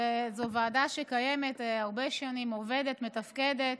זו ועדה שקיימת הרבה שנים, עובדת, מתפקדת.